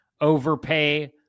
overpay